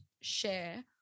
share